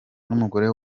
n’umugore